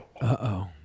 Uh-oh